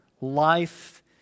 life